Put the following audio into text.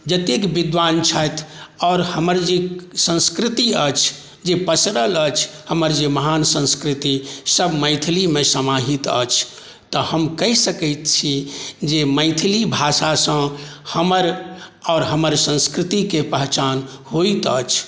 जतेक विद्वान छथि आओर हमर जे संस्कृति अछि जे पसरल अछि हमर जे महान संस्कृतिसभ मैथिलीमे समाहित अछि तऽ हम कहि सकैत छी जे मैथिली भाषासँ हमर आओर हमर संस्कृतिके पहचान होइत अछि